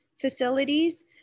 facilities